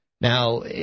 Now